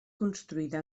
construïda